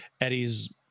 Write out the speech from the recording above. Eddie's